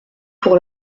pour